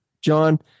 John